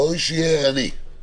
ראוי שיהיה ערני.